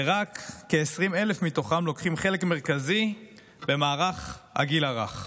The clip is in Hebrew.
ורק כ-20,000 מתוכם לוקחים חלק מרכזי במערך הגיל הרך.